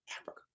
Africa